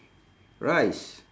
rice